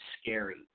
scary